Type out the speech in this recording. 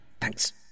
thanks